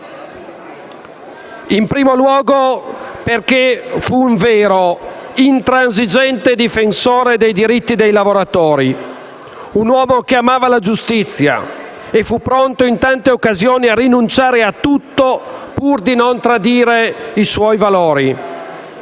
In primo luogo perché fu un vero intransigente, difensore dei diritti dei lavoratori, un uomo che amava la giustizia e fu pronto, in tante occasioni, a rinunciare a tutto pur di non tradire i suoi valori.